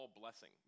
blessing